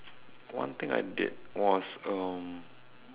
one thing I did was um